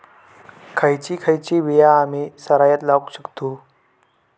खयची खयची बिया आम्ही सरायत लावक शकतु?